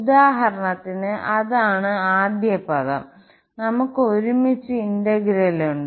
ഉദാഹരണത്തിന് അതാണ് ആദ്യ പദം നമുക്ക് ഒരുമിച്ച് ഇന്റെഗ്രേലുണ്ട്